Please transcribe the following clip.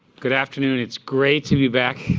good afternoon. it's great to be back,